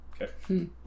Okay